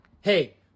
Hey